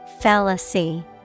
Fallacy